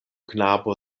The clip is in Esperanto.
knabo